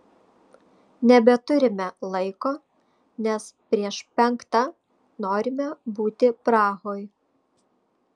nebeturime laiko nes prieš penktą norime būti prahoj